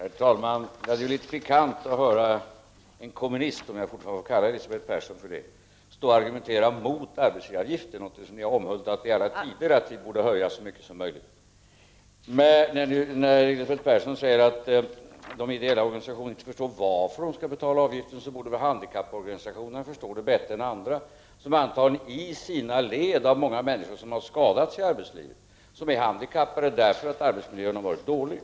Herr talman! Det är litet pikant att höra en kommunist — om jag får kalla Elisabeth Persson för kommunist — stå och argumentera mot arbetsgivaravgiften, något som vänsterpartiet kommunisterna har omhuldat i alla tider och sagt borde höjas så mycket som möjligt. Elisabeth Persson säger att de ideella organisationerna inte förstår varför de skall betala denna avgift. Men t.ex. handikapporganisationerna borde väl förstå det bättre än andra. Dessa organisationer har antagligen i sina led många människor som har skadats i arbetslivet, människor som är handikappade därför att arbetsmiljön har varit dålig.